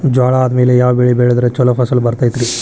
ಜ್ವಾಳಾ ಆದ್ಮೇಲ ಯಾವ ಬೆಳೆ ಬೆಳೆದ್ರ ಛಲೋ ಫಸಲ್ ಬರತೈತ್ರಿ?